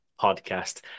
Podcast